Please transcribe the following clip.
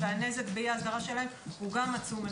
והנזק באי ההסדרה שלהם הוא גם עצום.